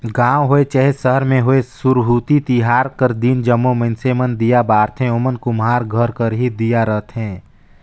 गाँव होए चहे सहर में होए सुरहुती तिहार कर दिन जम्मो मइनसे मन दीया बारथें ओमन कुम्हार घर कर ही दीया रहथें